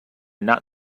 not